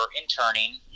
interning